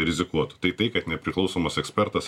rizikuotų tai tai kad nepriklausomas ekspertas